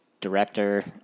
director